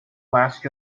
last